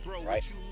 right